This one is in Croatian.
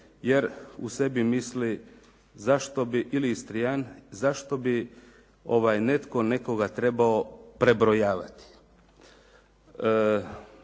jer u sebi misli zašto bi ili Istrajan, zašto bi netko nekoga trebao prebrojavati.